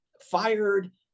fired